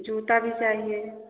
जूता भी चाहिए